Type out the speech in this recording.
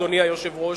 אדוני היושב-ראש,